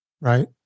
Right